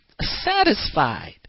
satisfied